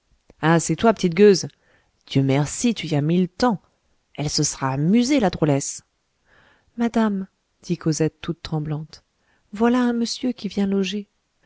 ah c'est toi petite gueuse dieu merci tu y as mis le temps elle se sera amusée la drôlesse madame dit cosette toute tremblante voilà un monsieur qui vient loger